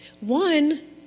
One